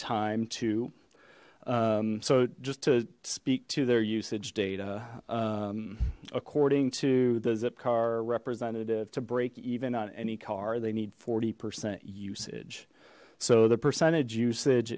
time too so just to speak to their usage data according to the zipcar representative to break even on any car they need forty percent usage so the percentage usage